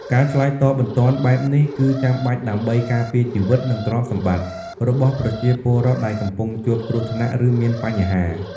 ការឆ្លើយតបបន្ទាន់បែបនេះគឺចាំបាច់ដើម្បី ការពារជីវិត និងទ្រព្យសម្បត្តិ របស់ប្រជាពលរដ្ឋដែលកំពុងជួបគ្រោះថ្នាក់ ឬមានបញ្ហា។